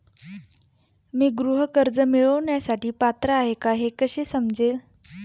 मी गृह कर्ज मिळवण्यासाठी पात्र आहे का हे कसे समजेल?